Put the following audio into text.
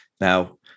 Now